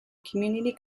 community